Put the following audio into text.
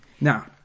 Now